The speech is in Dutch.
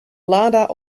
lada